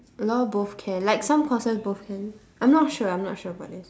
law both can like some courses both can I'm not sure I'm not sure about this